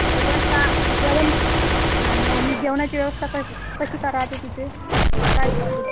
जेवण का जेवण हो ना आणि जेवणाची व्यवस्था कश कशी काय राहते तिथे काय का